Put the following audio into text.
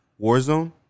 Warzone